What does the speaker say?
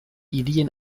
hirien